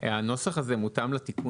אי אפשר להגיד שזה יחול מכוח תמרור.